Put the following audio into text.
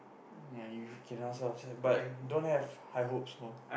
ya you can ask her after that but don't have high hopes of